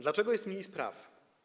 Dlaczego jest mniej spraw?